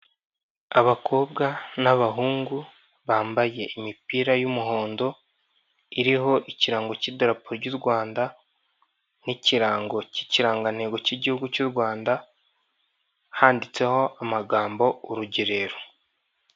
Abakobwa n'abahungu bambaye imipira y'umuhondo iriho ikirango cy'idarapo ry u Rwanda nk'ikirango cy'ikirangantego cy'igihugu cy'u Rwanda handitseho amagambo urugerero.